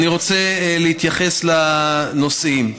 אני רוצה להתייחס לנושאים.